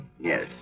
Yes